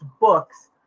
books